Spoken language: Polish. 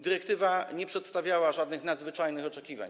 Dyrektywa nie przedstawiała żadnych nadzwyczajnych oczekiwań.